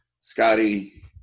Scotty